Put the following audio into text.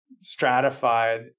Stratified